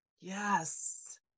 Yes